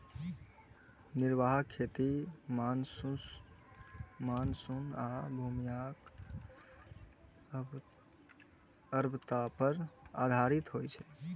निर्वाह खेती मानसून आ भूमिक उर्वरता पर आधारित होइ छै